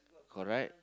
correct